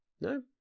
No